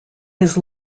his